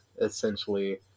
essentially